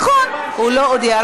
נכון, הוא לא הודיע.